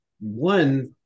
one